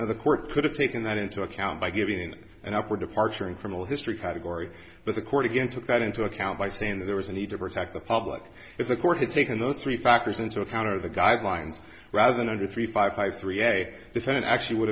and the court could have taken that into account by giving an up or departure in criminal history category but the court again took that into account by saying there was a need to protect the public if the court had taken those three factors into account of the guidelines rather than under three five five three a defendant actually would